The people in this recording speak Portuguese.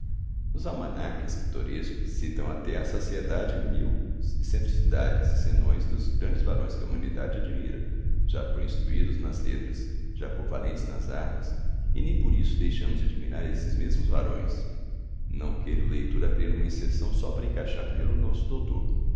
os almanaques pitorescos citam até à saciedade mil excentricidades e senões dos grandes varões que a humanidade admira já por instruídos nas letras já por valentes nas armas e nem por isso deixamos de admirar esses mesmos varões não queira o leitor abrir uma exceção só para encaixar nela o nosso doutor